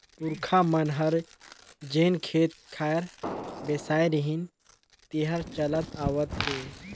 पूरखा मन हर जेन खेत खार बेसाय रिहिन तेहर चलत आवत हे